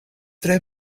tre